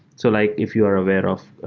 so like if you are aware of